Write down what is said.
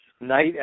night